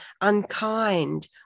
unkind